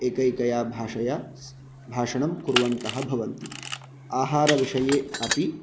ऐकैकया भाषया भाषणं कुर्वन्तः भवन्ति आहारविषये अपि